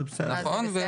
אז זה בסדר גמור.